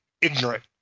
ignorant